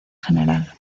gral